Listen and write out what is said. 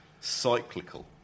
cyclical